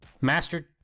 Master